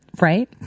Right